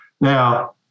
Now